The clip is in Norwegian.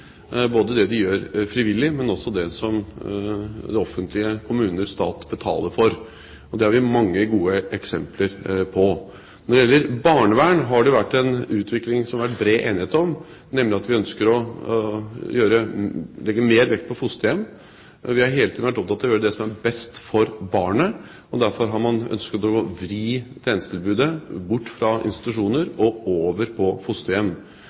både det de gjør frivillig, og det som det offentlige – kommuner/stat – betaler for. Det har vi mange gode eksempler på. Når det gjelder barnevern, har det vært en utvikling som det har vært bred enighet om, nemlig at vi ønsker å legge mer vekt på fosterhjem. Vi har hele tiden vært opptatt av å gjøre det som er best for barnet, og derfor har man ønsket å vri tjenestetilbudet bort fra institusjoner og over på fosterhjem.